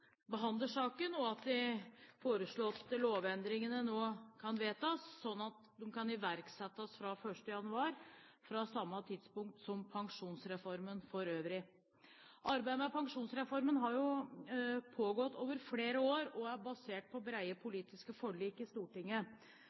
behandler saken, og at de foreslåtte lovendringene kan vedtas sånn at de iverksettes fra 1. januar – fra samme tidspunkt som pensjonsreformen for øvrig. Arbeidet med pensjonsreformen har jo pågått over flere år og er basert på brede politiske forlik i Stortinget.